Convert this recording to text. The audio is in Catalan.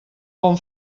bon